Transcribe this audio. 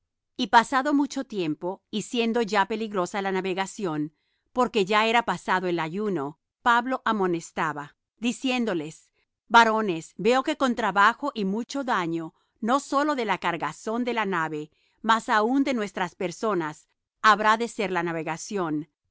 y pasado mucho tiempo y siendo ya peligrosa la navegación porque ya era pasado el ayuno pablo amonestaba diciéndoles varones veo que con trabajo y mucho daño no sólo de la cargazón y de la nave mas aun de nuestras personas habrá de ser la navegación